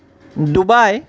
Dubai